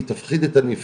היא תפחיד את הנפגעים,